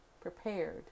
prepared